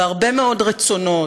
והרבה מאוד רצונות,